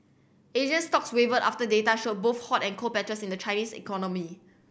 Asian stocks wavered after data showed both hot and cold patches in the Chinese economy